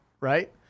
right